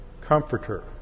comforter